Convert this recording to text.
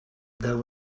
there